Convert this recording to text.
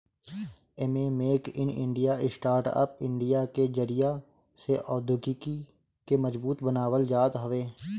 एमे make in India, startup India के जरिया से औद्योगिकी के मजबूत बनावल जात हवे